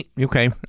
Okay